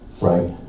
right